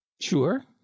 Sure